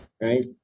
Right